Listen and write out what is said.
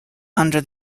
under